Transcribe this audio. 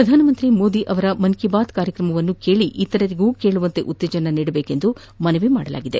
ಪ್ರಧಾನಮಂತ್ರಿ ನರೇಂದ್ರ ಮೋದಿ ಅವರ ಮನ್ ಕೀ ಬಾತ್ ಕಾರ್ಯಕ್ರಮವನ್ನು ಕೇಳಿ ಇತರರಿಗೂ ಕೇಳುವಂತೆ ಉತ್ತೇಜನ ನೀಡಬೇಕೆಂದು ಮನವಿ ಮಾಡಲಾಗಿದೆ